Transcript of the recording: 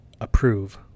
approve